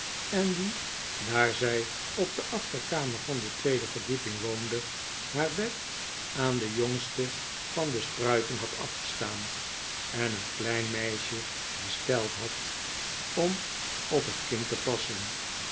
en die daar zij op de achterkamer van de tweede verdieping woonde haar bed aan de jongste van de spruiten had afgestaan en een klein meisje besteld had om op het kind te passen